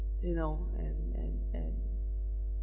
you know and and and